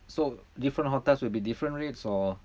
so different hotels will be different rates or